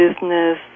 business